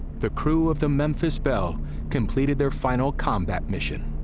the crew of the memphis belle completed their final combat mission.